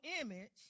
image